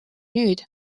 nüüd